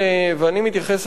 ואני מתייחס,